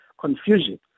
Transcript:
confusion